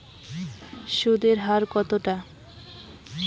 সুদের হার কতটা?